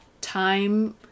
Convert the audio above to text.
time